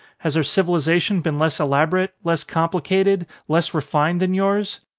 has our civilisation been less elaborate, less complicated, less refined than yours?